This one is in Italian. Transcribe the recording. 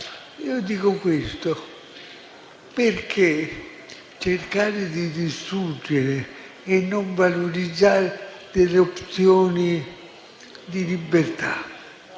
Io dico questo: perché cercare di distruggere e non valorizzare delle opzioni di libertà?